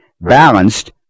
balanced